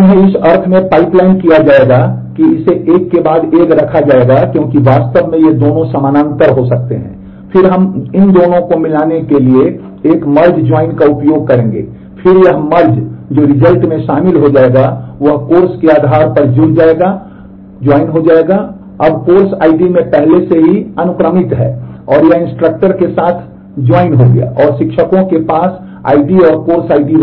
फिर उन्हें इस अर्थ में पाइपलाइन